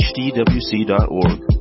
hdwc.org